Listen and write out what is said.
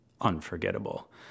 unforgettable